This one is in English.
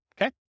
Okay